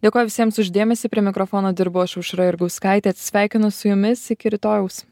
dėkoju visiems už dėmesį prie mikrofono dirbau aš aušra jurgauskaitė atsisveikinu su jumis iki rytojaus